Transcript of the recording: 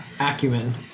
acumen